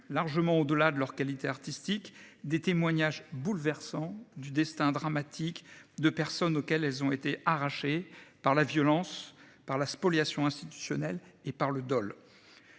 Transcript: largement au-delà de leur qualité artistique des témoignages bouleversants du destin dramatique de personnes auxquelles elles ont été arrachés par la violence par la spoliation institutionnelles et par le Dol.